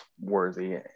worthy